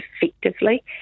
effectively